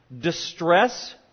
distress